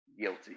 guilty